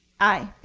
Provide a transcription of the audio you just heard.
aye.